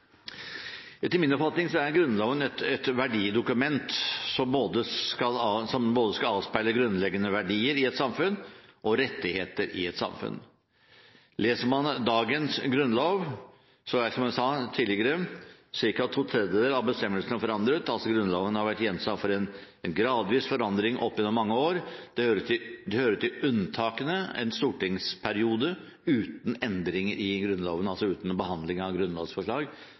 Etter min oppfatning er Grunnloven et verdidokument, som både skal avspeile grunnleggende verdier i et samfunn og rettigheter i et samfunn. Leser man dagens grunnlov, er, som jeg sa tidligere, ca. to tredjedeler av bestemmelsene forandret, så Grunnloven har vært gjenstand for en gradvis forandring opp igjennom mange år. En stortingsperiode uten endringer i Grunnloven hører til unntakene – altså uten behandling av grunnlovsforslag